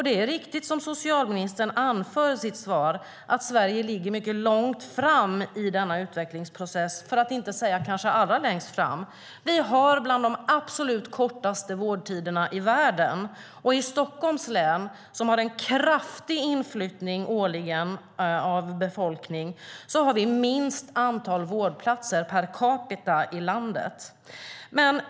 Det är riktigt som socialministern anför i sitt svar, att Sverige ligger mycket långt fram i denna utvecklingsprocess, för att inte säga allra längst fram. Vi har bland de absolut kortaste vårdtiderna i världen. I Stockholms län, som har en kraftig inflyttning årligen, har vi minst antal vårdplatser per capita i landet.